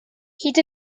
hyd